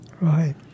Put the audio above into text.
right